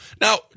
Now